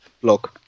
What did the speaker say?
Blog